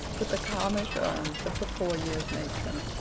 with the calm assurance of the four-years matron.